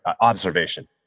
observation